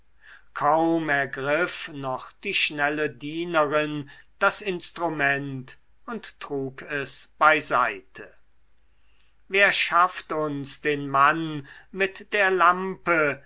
kaum ergriff noch die schnelle dienerin das instrument und trug es beiseite wer schafft uns den mann mit der lampe